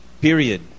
Period